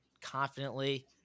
confidently